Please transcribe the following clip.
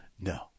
No